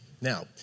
Now